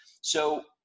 So-